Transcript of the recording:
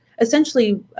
essentially